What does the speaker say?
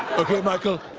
okay michael,